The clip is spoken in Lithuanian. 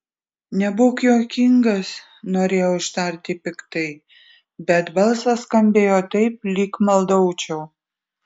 nebūk juokingas norėjau ištarti piktai bet balsas skambėjo taip lyg maldaučiau